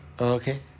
Okay